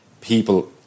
people